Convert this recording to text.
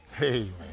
Amen